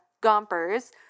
Gompers